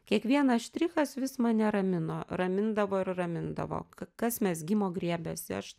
kiekvienas štrichas vis mane ramino ramindavo ir ramindavo kas mezgimo griebiasi aš